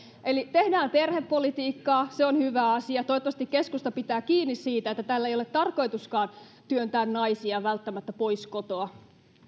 eli tehdään perhepolitiikkaa se on hyvä asia ja toivottavasti keskusta pitää kiinni siitä että tällä ei ole tarkoituskaan työntää naisia välttämättä pois kotoa